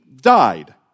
died